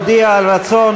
אדוני.